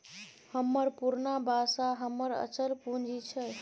हमर पुरना बासा हमर अचल पूंजी छै